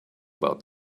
about